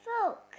Folk